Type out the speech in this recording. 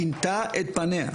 שינתה את פניה.